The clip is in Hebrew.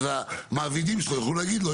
ואז המעבידים שלו יוכלו להגיד לו,